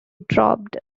dropped